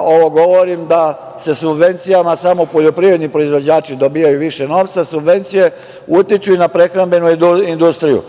ovo govorim, da subvencijama samo poljoprivredni proizvođači dobijaju više novca, subvencije utiču i na prehrambenu industriju,